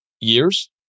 years